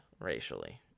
racially